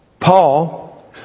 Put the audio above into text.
Paul